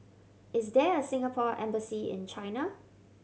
is there a Singapore Embassy in China